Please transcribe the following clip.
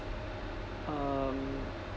um